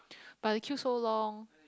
but the queue so long